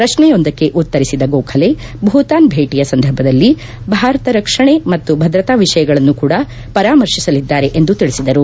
ಪ್ರಶ್ನೆಯೊಂದಕ್ಷೆ ಉತ್ತರಿಸಿದ ಗೋಖಲೆ ಭೂತಾನ್ ಭೇಟಿಯ ಸಂದರ್ಭದಲ್ಲಿ ಭಾರತ ರಕ್ಷಣೆ ಮತ್ತು ಭದ್ರತಾ ವಿಷಯಗಳನ್ನು ಕೂಡ ಪರಾಮರ್ಶಿಸಲಿದೆ ಎಂದು ತಿಳಿಸಿದರು